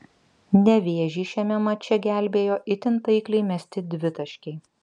nevėžį šiame mače gelbėjo itin taikliai mesti dvitaškiai